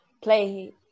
play